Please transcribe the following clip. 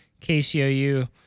KCOU